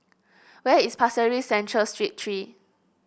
where is Pasir Ris Central Street Three